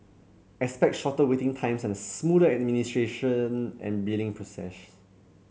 expect shorter waiting times and a smoother administration and billing process